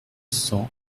cents